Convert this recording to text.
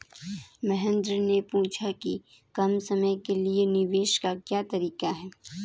महेन्द्र ने पूछा कि कम समय के लिए निवेश का क्या तरीका है?